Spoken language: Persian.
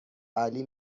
علی